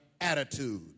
attitude